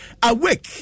awake